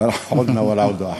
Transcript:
(אומר בערבית: חזרנו ומוטב לחזור.)